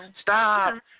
stop